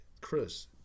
Chris